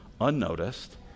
unnoticed